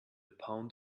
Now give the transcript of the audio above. pound